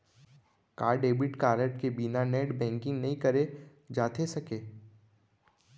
का debit card के बिना नेट बैंकिंग नई करे जाथे सके?